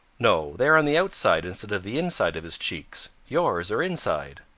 no, they are on the outside instead of the inside of his cheeks. yours are inside.